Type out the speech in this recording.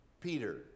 Peter